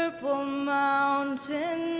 purple mountain